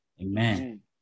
Amen